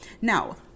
Now